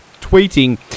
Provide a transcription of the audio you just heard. tweeting